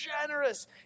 generous